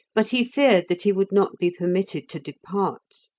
but he feared that he would not be permitted to depart.